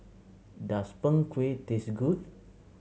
does Png Kueh taste good